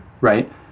right